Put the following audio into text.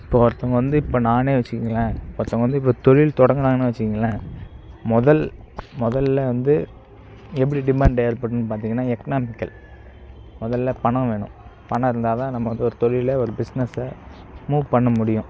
இப்போது ஒருத்தவங்கள் வந்து இப்போது நானே வச்சிக்கோங்களேன் ஒருத்தவங்க வந்து இப்போ தொழில் தொடங்கினாங்கனு வச்சுக்கோங்களேன் முதல் முதல்ல வந்து எப்படி டிமாண்ட் ஏற்படும்னு பார்த்தீங்கன்னா எக்னாமிக்கல் முதல்ல பணம் வேணும் பணம் இருந்தால்தான் நம்ம வந்து ஒரு தொழிலை ஒரு பிஸ்னஸை மூவ் பண்ண முடியும்